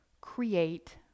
create